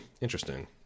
Interesting